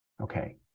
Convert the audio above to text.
Okay